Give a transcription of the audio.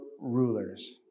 rulers